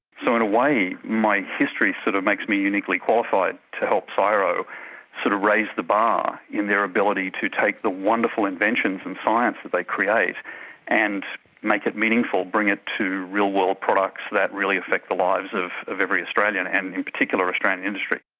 so in a way my history sort of makes me uniquely qualified to help csiro sort of raise the bar in their ability to take the wonderful inventions and science that they create and make it meaningful, bring it to real-world products that really affect the lives of of every australian and in particular australian industry.